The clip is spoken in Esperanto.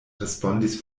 respondis